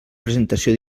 presentació